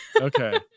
Okay